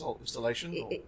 installation